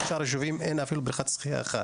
בשאר היישובים אין אפילו בריכת שחייה אחת.